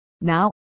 now